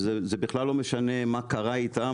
זה בכלל לא משנה מה קרה איתם,